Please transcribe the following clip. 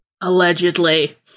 Allegedly